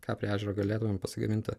ką prie ežero galėtumėm pasigaminti